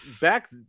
Back